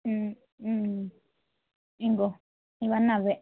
ఇదిగో ఇవన్నీ అవే